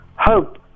hope